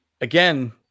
again